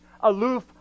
aloof